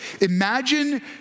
Imagine